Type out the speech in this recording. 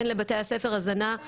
אין לבתי הספר הזנה,